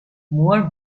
moor